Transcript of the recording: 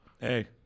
Hey